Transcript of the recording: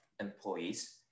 employees